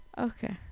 Okay